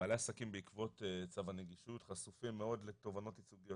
בעלי עסקים בעקבות צו הנגישות חשופים מאוד לתובענות ייצוגיות